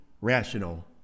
rational